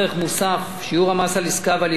על עסקה ועל ייבוא טובין) (תיקון מס' 2),